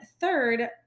third